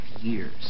years